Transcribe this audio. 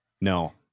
no